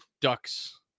ducks